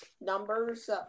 numbers